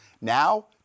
Now